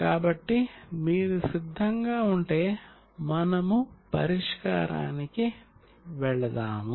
కాబట్టి మీరు సిద్ధంగా ఉంటే మనముపరిష్కారానికి వెళ్తాము